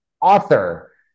author